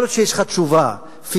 יכול להיות שיש לך תשובה פיננסית,